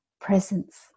presence